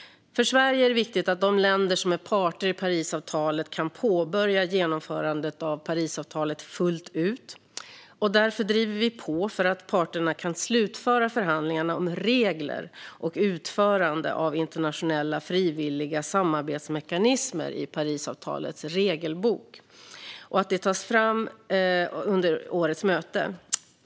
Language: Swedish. För Sverige är det viktigt att de länder som är parter i Parisavtalet kan påbörja genomförandet av Parisavtalet fullt ut, och därför driver vi på för att parterna ska kunna slutföra förhandlingarna om regler och utförande av internationella frivilliga samarbetsmekanismer i Parisavtalets regelbok under årets möte.